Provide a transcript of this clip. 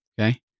Okay